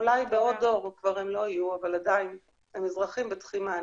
אולי עוד דור כבר לא יהיו הרבה אבל עדיין הם אזרחים וצריכים מענה.